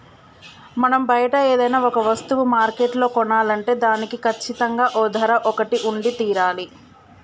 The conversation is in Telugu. మనం బయట ఏదైనా ఒక వస్తువులు మార్కెట్లో కొనాలంటే దానికి కచ్చితంగా ఓ ధర ఒకటి ఉండి తీరాలి